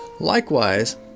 Likewise